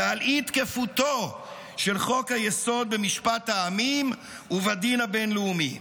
ועל אי-תקפותו של חוק-היסוד במשפט העמים ובדין הבין-לאומי.